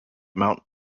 mount